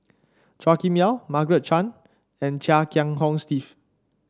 Chua Kim Yeow Margaret Chan and Chia Kiah Hong Steve